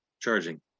charging